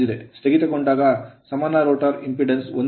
ಸ್ಥಗಿತಗೊಂಡಾಗ ಸಮಾನ rotor impedance rotor impedance ಒಂದೇ ಆಗಿದೆ